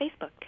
Facebook